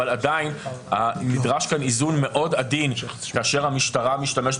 אבל עדיין נדרש כאן איזון מאוד עדין כאשר המשטרה משתמשת